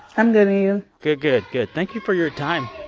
and you? good, good, good. thank you for your time.